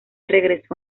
regresó